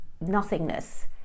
nothingness